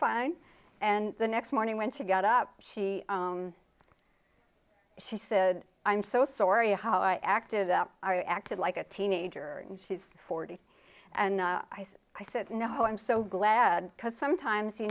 fine and the next morning when she got up she she said i'm so sorry how i acted up our acted like a teenager and she's forty and i said no i'm so glad because sometimes you